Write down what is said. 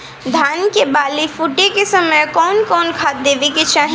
धान के बाली फुटे के समय कउन कउन खाद देवे के चाही?